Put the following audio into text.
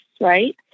right